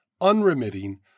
unremitting